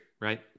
right